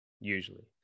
usually